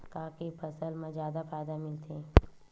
का के फसल मा जादा फ़ायदा मिलथे?